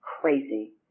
crazy